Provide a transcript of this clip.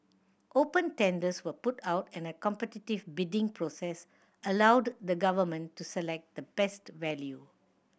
open tenders were put out and a competitive bidding process allowed the Government to select the best value